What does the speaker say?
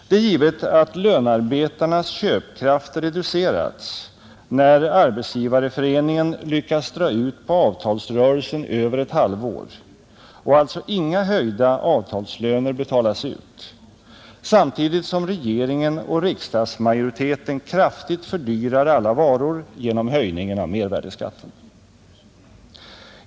Det är givet att lönarbetarnas köpkraft reducerats när Arbetsgivareföreningen lyckas dra ut på avtalsrörelsen över ett halvår och alltså inga höjda avtalslöner betalas ut samtidigt som regeringen och riksdagsmajoriteten kraftigt fördyrar alla varor genom höjningen av mervärdeskatten.